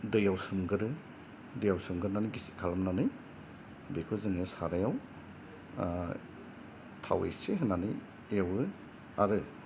दैयाव सोमग्रो दैयाव सोमग्रोनानै गिसि खालामनानै बेखौ जोङो साराइयाव थाव इसे होनानै एवो आरो